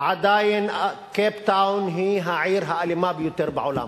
עדיין קייפטאון היא העיר האלימה ביותר בעולם,